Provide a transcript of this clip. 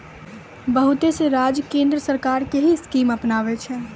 बहुत से राज्य केन्द्र सरकार के ही स्कीम के अपनाबै छै